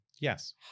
Yes